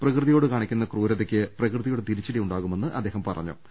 പ്രകൃതിയോട് കാണിക്കുന്ന ക്രൂരതയ്ക്ക് പ്രകൃതിയുടെ തിരിച്ചടി ഉണ്ടാകുമെന്ന് അദ്ദേഹം പറഞ്ഞൂ